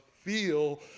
feel